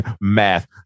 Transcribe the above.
Math